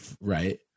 right